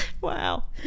Wow